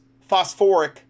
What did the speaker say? phosphoric